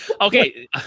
okay